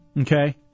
okay